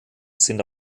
sind